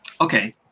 Okay